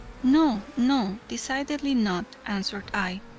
no, no decidedly not, answered i,